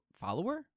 follower